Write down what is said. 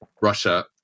Russia